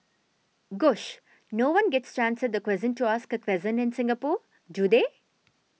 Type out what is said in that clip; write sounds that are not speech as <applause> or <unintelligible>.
gosh no one gets to answer the question to ask a <unintelligible> in Singapore do they